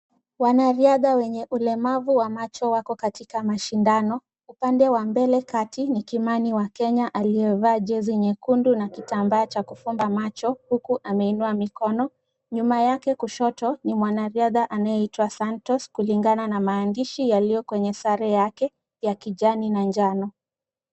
Wanariadha wenye ulemavu wa macho wako katika mashindano. Upande wa mbele kati ni Kimani wa Kenya aliyevaa jezi nyekundu na kitambaa cha kufumba macho huku ameinua mikono. Nyuma yake kushoto ni mwanariadha anayeitwa Santos kulingana na maandishi yaliyo kwenye sare yake ya kijani na njano.